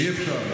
אי-אפשר.